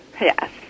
Yes